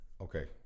Okay